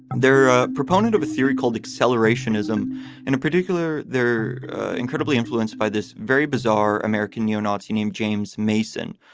and they're ah proponent of a theory called acceleration ism in particular they're incredibly influenced by this very bizarre american neo-nazi named james mason.